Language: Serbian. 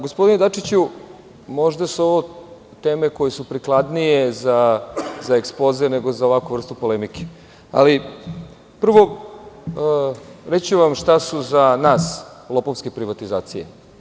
Gospodine Dačiću, možda su ovo teme koje su prikladnije za ekspoze nego za ovakvu vrstu polemike, ali, prvo, reći ću vam šta su za nas lopovske privatizacije.